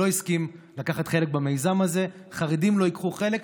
והוא לא הסכים לקחת חלק במיזם הזה: חרדים לא ייקחו חלק,